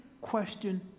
question